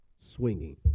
swinging